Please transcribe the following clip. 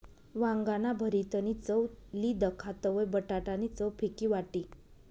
वांगाना भरीतनी चव ली दखा तवयं बटाटा नी चव फिकी वाटी